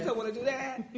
but want to do that.